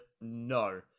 no